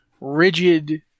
rigid